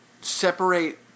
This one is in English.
separate